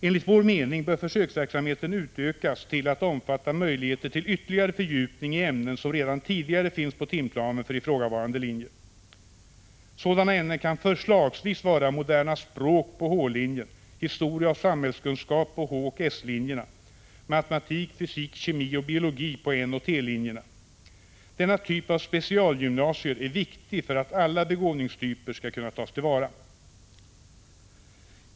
Enligt vår mening bör försöksverksamheten utökas till att omfatta möjligheter till ytterligare fördjupning i ämnen som redan tidigare finns på timplanen för ifrågavarande linje. Sådana ämnen kan förslagsvis vara moderna språk på H-linjen, historia och samhällskunskap på H och S-linjerna, matematik, fysik, kemi och biologi på N och T-linjerna. Denna typ av specialgymnasier är viktig för att alla begåvningstyper skall kunna tas till vara.